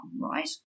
right